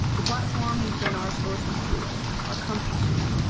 the platform has been our sort of joy, our comfort food,